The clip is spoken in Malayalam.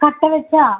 കട്ട വച്ചോ